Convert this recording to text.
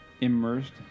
immersed